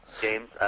James